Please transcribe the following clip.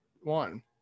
one